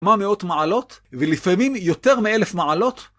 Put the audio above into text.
כמה מאות מעלות, ולפעמים יותר מאלף מעלות.